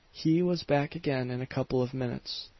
he was back again in a couple of minutes.